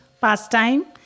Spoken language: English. pastime